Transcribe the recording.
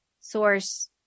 source